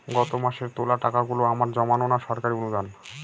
গত মাসের তোলা টাকাগুলো আমার জমানো না সরকারি অনুদান?